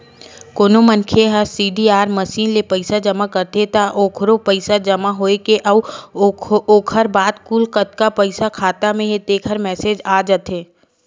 कोनो मनखे ह सीडीआर मसीन ले पइसा जमा करथे त ओखरो पइसा जमा होए के अउ ओखर बाद कुल कतका पइसा खाता म हे तेखर मेसेज आ जाथे